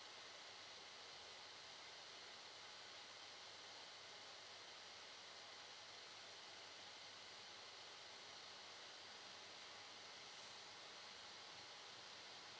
lah